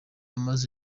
amaze